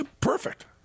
Perfect